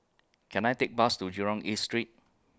Can I Take Bus to Jurong East Street